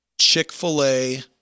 Chick-fil-A